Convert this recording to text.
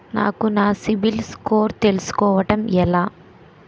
నాకు నా CIBIL score తెలుసుకోవడం ఎలా?